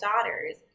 daughters